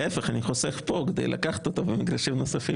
של חה"כ לימור סון הר מלך,